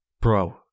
bro